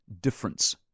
difference